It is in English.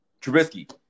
Trubisky